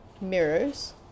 mirrors